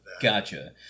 Gotcha